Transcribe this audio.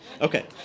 okay